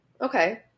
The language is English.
Okay